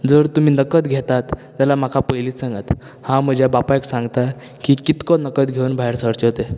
जर तुमी नकद घेतात जाल्यार म्हाका पयलींच सांगात हांव म्हज्या बापायक सांगतां की कितको नकद घेवन भायर सरचें तें